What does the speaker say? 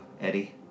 Eddie